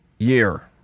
year